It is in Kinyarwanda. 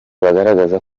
bagaragaza